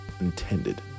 intended